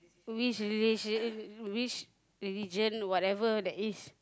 which rel~ which religion whatever that is